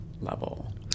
level